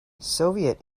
soviet